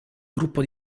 gruppo